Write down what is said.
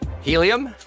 Helium